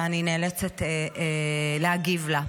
ואני נאלצת להגיב לה.